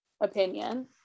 opinion